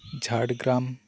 Jhargram